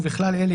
ובכלל אלה,